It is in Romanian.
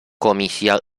comisia